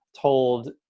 told